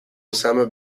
osama